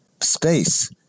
space